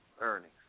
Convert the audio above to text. earnings